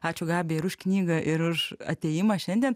ačiū gabija ir už knygą ir už atėjimą šiandien